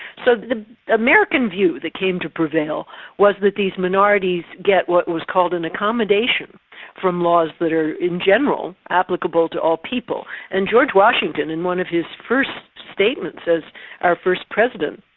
so the american view that came to prevail was that these minorities get what was called an accommodation from laws that are, in general, applicable to all people. and george washington, in one of his first statements as our first president,